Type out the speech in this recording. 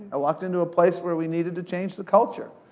i walked into a place where we needed to change the culture,